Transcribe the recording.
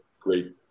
great